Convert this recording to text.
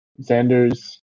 Xander's